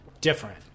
different